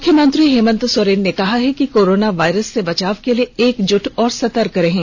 मुख्यमंत्री हेमन्त सोरेन ने कहा कि कोरोना वायरस से बचाव के लिए एकजुट और सतर्क रहें